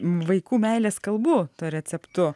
vaikų meilės kalbų tuo receptu